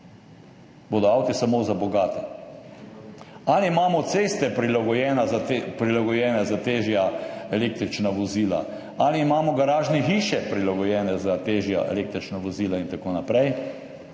bodo avti samo za bogate. Ali imamo ceste prilagojene za težja električna vozila, ali imamo garažne hiše prilagojene za težja električna vozila in tako naprej,